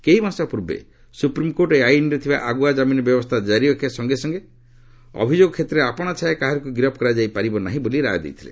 କେଇ ମାସ ପୂର୍ବେ ସୁପ୍ରିମ୍କୋର୍ଟ ଏହି ଆଇନ୍ରେ ଥିବା ଆଗୁଆ ଜାମିନ ବ୍ୟବସ୍ଥା ଜାରି ରଖିବା ସଙ୍ଗେ ସଙ୍ଗେ ଅଭିଯୋଗ କ୍ଷେତ୍ରରେ ଆପଣାଛାଏଁ କାହାରିକୁ ଗିରଫ୍ କରାଯାଇପାରିବ ନାହିଁ ବୋଲି ରାୟ ଦେଇଥିଲେ